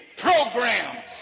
programs